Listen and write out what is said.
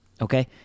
okay